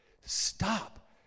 stop